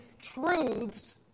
truths